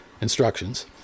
instructions